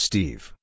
Steve